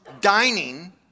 dining